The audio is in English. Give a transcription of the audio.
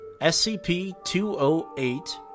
SCP-208